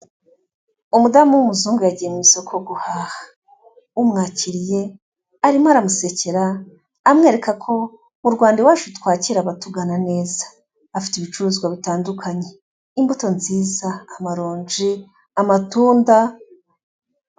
Umudamu w'umuzungu yagiye mu isoko guhaha, umwakiriye arimo aramusekera amwereka ko mu Rwanda iwacu twakira batugana neza, afite ibicuruzwa bitandukanye, imbuto nziza, amaronji, amatunda.